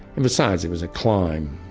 and besides, it was a climb,